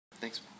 Thanks